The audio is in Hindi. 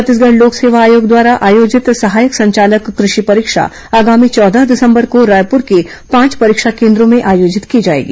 छत्तीसगढ़ लोक सेवा आयोग द्वारा आयोजित सहायक संचालक कृषि परीक्षा आगामी चौदह दिसंबर को रायपुर के पांच परीक्षा केन्द्रों में में आयोजित की जाएगी